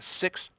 six